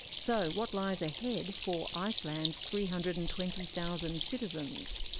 so, what lies ahead for iceland's three hundred and twenty thousand citizens?